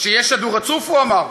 שיהיה שידור רצוף, הוא אמר?